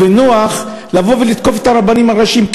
ונוח לבוא ולתקוף את הרבנים הראשיים,